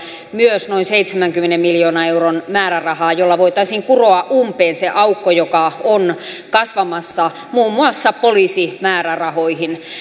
myös noin seitsemänkymmenen miljoonan euron määrärahaa jolla voitaisiin kuroa umpeen se aukko joka on kasvamassa muun muassa poliisimäärärahoihin